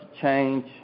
change